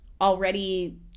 already